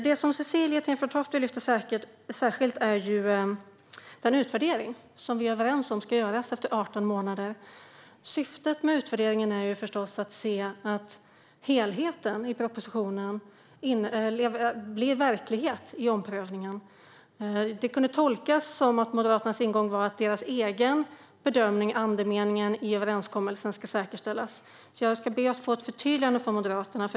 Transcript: Det som Cecilie Tenfjord-Toftby särskilt lyfte fram är den utvärdering som vi är överens om ska göras efter 18 månader. Syftet med utvärderingen är förstås att se att helheten i propositionen blir verklighet i omprövningen. Det kunde tolkas som att Moderaternas ingång var att deras egen bedömning av andemeningen i överenskommelsen ska säkerställas. Jag ska därför be att få ett förtydligande från Moderaterna.